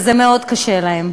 וזה מאוד קשה להן.